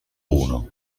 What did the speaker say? uno